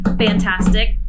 Fantastic